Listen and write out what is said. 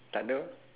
takde